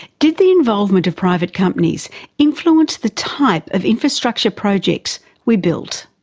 did the involvement of private companies influence the type of infrastructure projects we built?